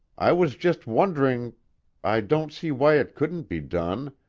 i was just wondering i don't see why it couldn't be done,